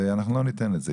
ואנחנו לא ניתן את זה.